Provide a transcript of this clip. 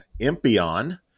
Impion